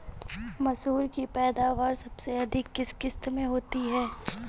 मसूर की पैदावार सबसे अधिक किस किश्त में होती है?